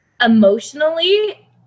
emotionally